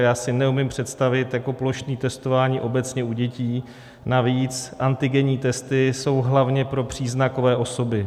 Já si neumím představit plošné testování obecně u dětí, navíc antigenní testy jsou hlavně pro příznakové osoby.